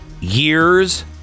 years